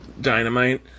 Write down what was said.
Dynamite